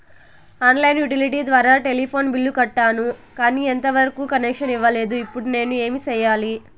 On line utility ద్వారా telephone bill కట్టాను, కానీ ఎంత వరకు కనెక్షన్ ఇవ్వలేదు, ఇప్పుడు నేను ఏమి సెయ్యాలి?